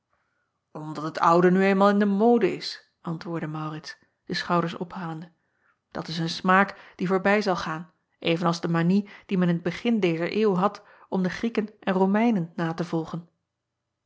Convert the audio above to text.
mdat het oude nu eenmaal in de mode is antwoordde aurits de schouders ophalende dat is een smaak die voorbij zal gaan even als de manie die men in t begin dezer eeuw had om de rieken en omeinen na te volgen